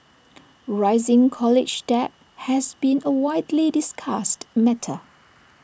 rising college debt has been A widely discussed matter